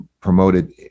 promoted